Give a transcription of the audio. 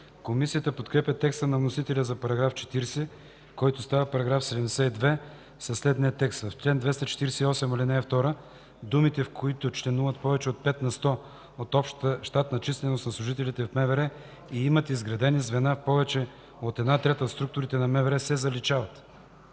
Комисията подкрепя текста на вносителя за § 40, който става § 72, със следния текст: „В чл. 248, ал. 2 думите „в които членуват повече от 5 на сто от общата щатна численост на служителите в МВР и имат изградени звена в повече от една трета от структурите на МВР” се заличават.”